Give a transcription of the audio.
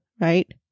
Right